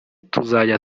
tuzajya